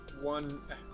one